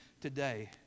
today